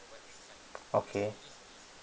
okay